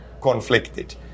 conflicted